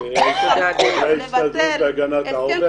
סמכות לבטל --- זו ההסתדרות להגנת העובד,